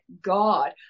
God